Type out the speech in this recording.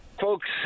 folks